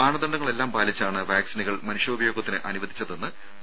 മാനദണ്ഡങ്ങളെല്ലാം പാലിച്ചാണ് വാക്സിനുകൾ മനുഷ്യോപയോഗത്തിന് അനുവദിച്ചതെന്നും ഡോ